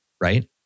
right